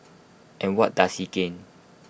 and what does he gain